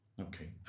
okay